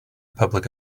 public